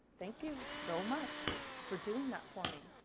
thank you so much for doing that for me.